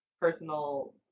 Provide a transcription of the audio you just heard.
personal